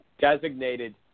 designated